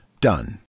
Done